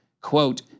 Quote